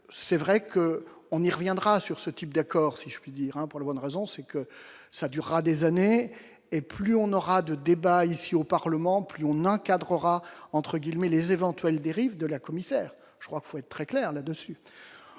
c'est vrai que on y reviendra sur ce type d'accord, si je puis dire, hein, pour la bonne raison, c'est que ça durera des années et plus on aura de débat ici au Parlement, plus on encadrera entre guillemets les éventuelles dérives de la commissaire, je crois qu'il faut être très clair là-dessus,